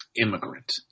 immigrant